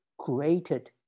created